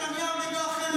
היה ליגה אחרת.